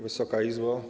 Wysoka Izbo!